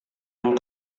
yang